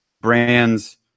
brands